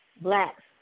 blacks